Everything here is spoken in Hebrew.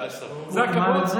זה הכבוד?